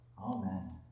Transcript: amen